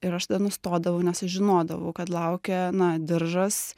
ir aš tada nustodavau nes aš žinodavau kad laukia na diržas